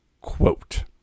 quote